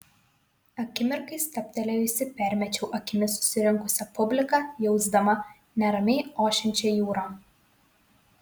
akimirkai stabtelėjusi permečiau akimis susirinkusią publiką jausdama neramiai ošiančią jūrą